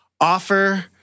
offer